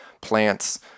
plants